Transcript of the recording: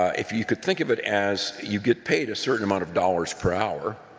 if you could think of it as you get paid a certain amount of dollars per hour,